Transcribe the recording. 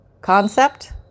concept